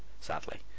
sadly